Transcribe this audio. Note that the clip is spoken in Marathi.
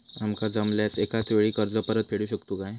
आमका जमल्यास एकाच वेळी कर्ज परत फेडू शकतू काय?